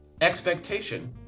expectation